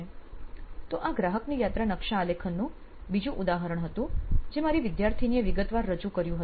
તો આ ગ્રાહકની યાત્રા નકશા અલેખનનું બીજું ઉદાહરણ હતું જે મારી વિદ્યાર્થિનીએ વિગતવાર રજૂ કર્યું હતું